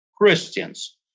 Christians